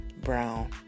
brown